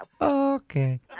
Okay